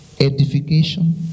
edification